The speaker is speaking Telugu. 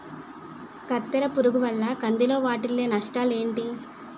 కత్తెర పురుగు వల్ల కంది లో వాటిల్ల నష్టాలు ఏంటి